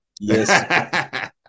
Yes